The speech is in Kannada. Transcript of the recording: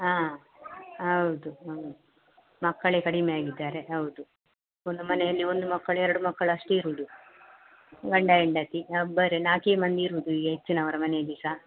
ಹಾಂ ಹೌದು ಹ್ಞೂ ಮಕ್ಕಳೇ ಕಡಿಮೆಯಾಗಿದ್ದಾರೆ ಹೌದು ಒಂದು ಮನೆಯಲ್ಲಿ ಒಂದು ಮಕ್ಕಳು ಎರಡು ಮಕ್ಕಳು ಅಷ್ಟೇ ಇರುವುದು ಗಂಡ ಹೆಂಡತಿ ಇಬ್ಬರೇ ನಾಲ್ಕೇ ಮಂದಿ ಇರುವುದು ಈಗ ಹೆಚ್ಚಿನವರ ಮನೆಯಲ್ಲಿ ಸಹ